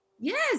yes